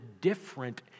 different